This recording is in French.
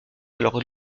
alors